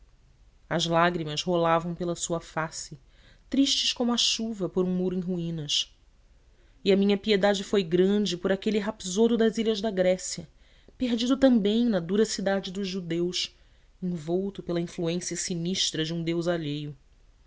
as lágrimas rolavam pela sua face tristes como a chuva por um muro em ruínas e a minha piedade foi grande por aquele rapsodo das ilhas da grécia perdido também na dura cidade dos judeus envolto pela influência sinistra de um deus alheio